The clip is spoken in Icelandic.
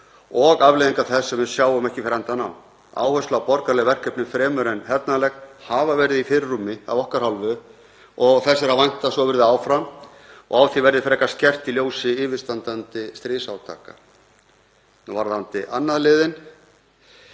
og afleiðingar þess sem við sjáum ekki fyrir endann á. Áhersla á borgaraleg verkefni fremur en hernaðarleg hefur verið í fyrirrúmi af okkar hálfu og þess er að vænta að svo verði áfram og á því verði frekar skerpt í ljósi yfirstandandi stríðsátaka. Varðandi 2. liðinn.